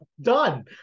Done